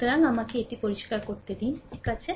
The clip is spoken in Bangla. সুতরাং আমাকে এটি পরিষ্কার করুন ঠিক আছে